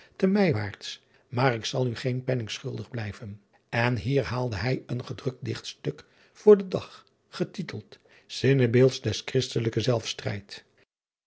maar ik zal u geen penning schuldig blijven en hier haalde hij een gedrukt ichtstuk voor den dag getiteld innebeeldt des hristelijken